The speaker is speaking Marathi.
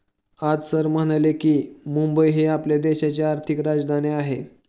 आज सर म्हणाले की, मुंबई ही आपल्या देशाची आर्थिक राजधानी आहे